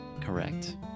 Correct